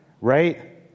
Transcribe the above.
Right